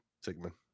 Sigmund